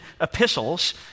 epistles